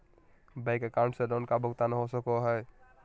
Bank account से loan का भुगतान हो सको हई?